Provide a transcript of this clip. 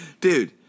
Dude